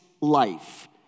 life